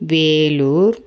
Vellore